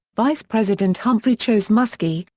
vice-president humphrey chose muskie,